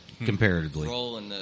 comparatively